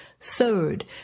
Third